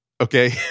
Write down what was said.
Okay